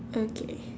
okay